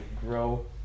grow